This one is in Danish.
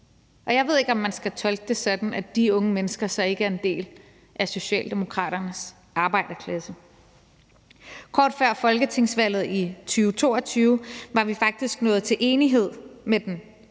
Og jeg ved ikke, om man skal tolke det sådan, at de unge mennesker så ikke er en del af Socialdemokraternes arbejderklasse. Kort før folketingsvalget i 2022 var vi faktisk nået til enighed med den